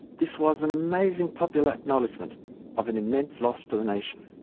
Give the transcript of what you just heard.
this was an amazing popular acknowledgement of an immense loss to the nation.